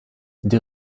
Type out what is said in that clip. die